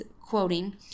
quoting